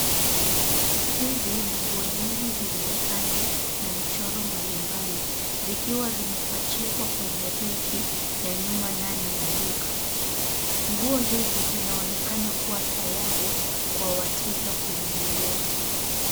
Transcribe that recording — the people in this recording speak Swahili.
Hizi ni nguo nyingi zenye rangi na michoro mbalimbali zikiwa zimepachikwa kwenye rake ya nyuma ndani ya duka. Nguo hizi zinaonekana kuwa tayari kwa wateja kununua.